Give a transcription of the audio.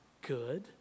good